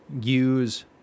use